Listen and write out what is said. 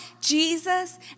Jesus